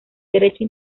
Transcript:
derecho